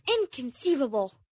Inconceivable